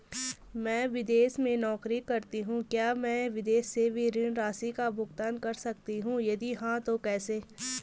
मैं विदेश में नौकरी करतीं हूँ क्या मैं विदेश से भी ऋण राशि का भुगतान कर सकती हूँ यदि हाँ तो कैसे?